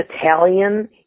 Italian